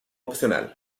opcional